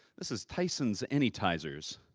this is tyson's any'tizers.